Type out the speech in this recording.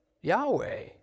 Yahweh